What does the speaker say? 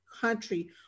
country